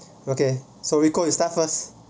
okay so rico you start first